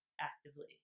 actively